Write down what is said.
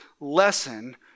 lesson